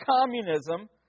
communism